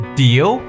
deal